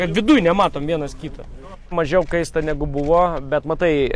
kad viduj nematom vienas kito mažiau kaista negu buvo bet matai